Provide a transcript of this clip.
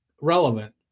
relevant